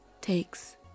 takes